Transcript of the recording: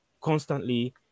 constantly